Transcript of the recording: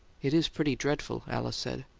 it is pretty dreadful, alice said.